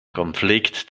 konflikt